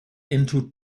into